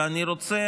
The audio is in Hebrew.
אני רוצה,